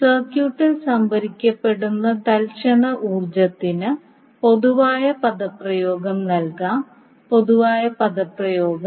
സർക്യൂട്ടിൽ സംഭരിക്കപ്പെടുന്ന തൽക്ഷണ ഊർജ്ജത്തിന് പൊതുവായ പദപ്രയോഗം നൽകാം പൊതുവായ പദപ്രയോഗം